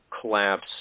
collapse